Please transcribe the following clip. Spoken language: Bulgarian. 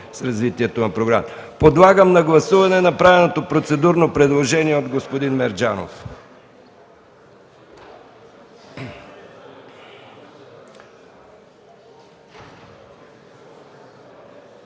с развитието на Програмата. Подлагам на гласуване направеното процедурно предложение от господин Мерджанов.